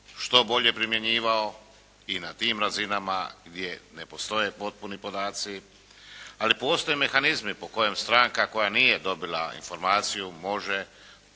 što bolje primjenjivao i na tim razinama gdje ne postoje potpuni podaci, ali postoje mehanizmi po kojima stranka koja nije dobila informaciju može